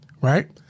right